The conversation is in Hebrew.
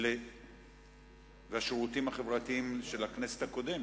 והבריאות של הכנסת הקודמת.